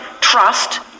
trust